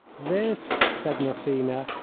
this, said massena,